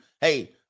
Hey